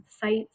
sites